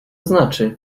znaczy